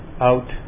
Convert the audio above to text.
out